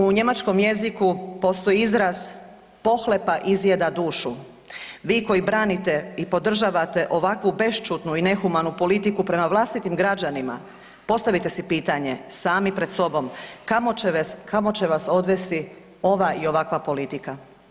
U Njemačkom jeziku postoji izraz pohlepa izjeda dušu, vi koji branite i podržavate ovakvu bešćutnu i nehumanu politiku prema vlastitim građanima postavite si pitanje sami pred sobom kao će vas odvesti ova i ovakva politika.